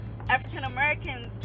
African-Americans